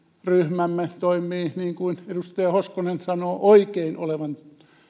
ryhmämme toimii niin kuin edustaja hoskonen sanoo oikein olevan